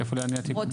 לאן יעבירו?